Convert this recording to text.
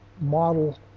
model